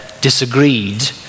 disagreed